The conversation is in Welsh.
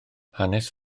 hanes